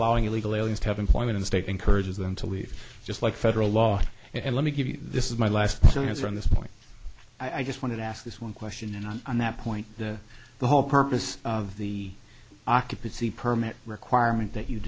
allowing illegal aliens to have employment in state encourages them to leave just like federal law and let me give you this is my last chance on this point i just wanted to ask this one question and i'm on that point the whole purpose of the occupancy permit requirement that you